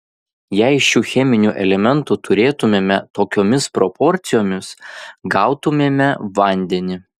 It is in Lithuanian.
jei šių cheminių elementų turėtumėme tokiomis proporcijomis gautumėme vandenį